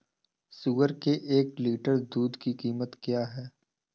सुअर के एक लीटर दूध की कीमत क्या है?